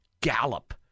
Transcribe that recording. gallop